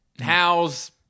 How's